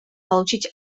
получить